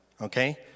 Okay